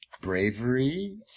bravery